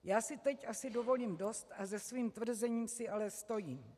Já si teď asi dovolím dost a za svým tvrzením si ale stojím.